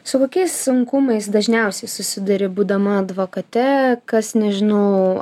su kokiais sunkumais dažniausiai susiduri būdama advokate kas nežinau